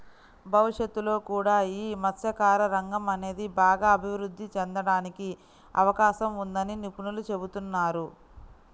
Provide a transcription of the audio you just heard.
భవిష్యత్తులో కూడా యీ మత్స్యకార రంగం అనేది బాగా అభిరుద్ధి చెందడానికి అవకాశం ఉందని నిపుణులు చెబుతున్నారు